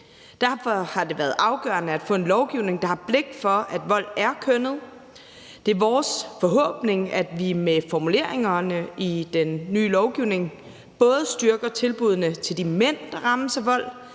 Derfor har det været afgørende at få en lovgivning, der har blik for, at vold er kønnet. Det er vores forhåbning, at vi med formuleringerne i den nye lovgivning både styrker tilbuddene til de mænd, der rammes af vold,